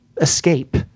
escape